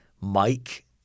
Mike